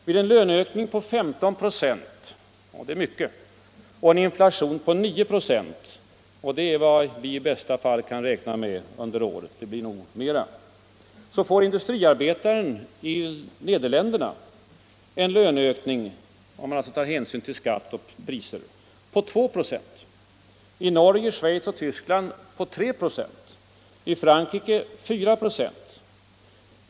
Vid en löneökning på 15 96, och det är mycket, samt en inflation på 9 96, vilket är vad vi i bästa fall kan räkna med under året — det blir nog mera — får industriarbetaren i Nederländerna en löneökning, om hänsyn tages till skatt och stigande priser, på 2 96, i Norge, Schweiz och Tyskland 3 26 samt i Frankrike 4 96.